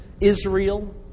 Israel